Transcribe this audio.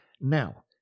Now